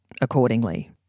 accordingly